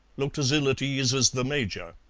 looked as ill at ease as the major.